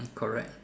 correct